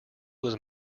was